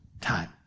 time